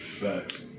Facts